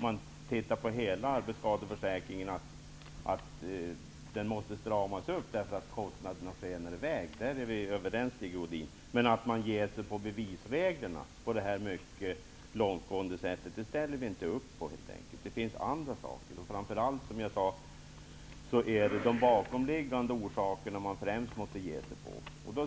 man tittar på hela arbetsskadeförsäkringen ser man att den måste stramas upp, eftersom kostnaderna skenar i väg. Där är vi överens, Sigge Godin. Men vi ställer inte upp på att man ger sig på bevisreglerna på detta mycket långtgående sätt. Det finns andra saker att göra. Framför allt är det, som jag sade, de bakomliggande orsakerna man främst måste ge sig på.